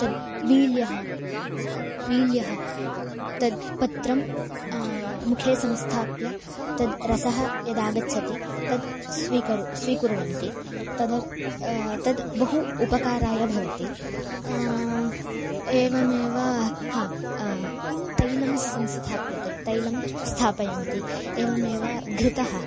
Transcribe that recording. तद् वील्यः वील्यः तद् पत्रं मुखे संस्थाप्य तद् रसः यदागच्छति तद् स्वीकुरु स्वीकुर्वन्ति तदर् तद् बहु उपकाराय भवति एवमेव हा तैलं संस्थाप्यते तैलं स्थापयन्ति एवमेव घृतं